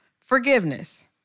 forgiveness